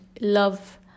love